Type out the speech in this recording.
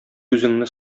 үзеңне